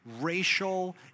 racial